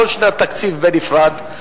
כל שנת תקציב בנפרד,